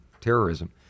terrorism